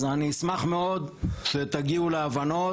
אני אשמח מאוד שתגיעו להבנות.